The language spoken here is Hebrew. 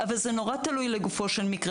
אבל זה תלוי לגופו של מקרה.